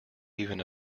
even